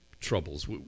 troubles